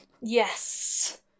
yes